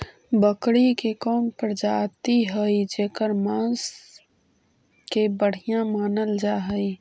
बकरी के कौन प्रजाति हई जेकर मांस के बढ़िया मानल जा हई?